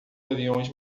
aviões